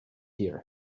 here